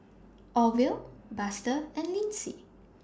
Orvel Buster and Lynsey